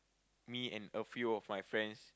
me and a few of my friends